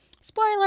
Spoiler